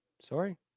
Sorry